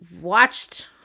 watched